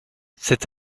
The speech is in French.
cet